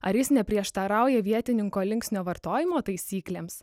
ar jis neprieštarauja vietininko linksnio vartojimo taisyklėms